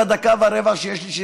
בדקה ורבע שיש לי,